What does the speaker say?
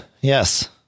yes